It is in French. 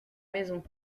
maison